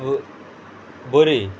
बरी